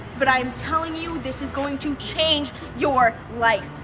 but i'm telling you this is going to change your life.